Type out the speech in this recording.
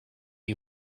you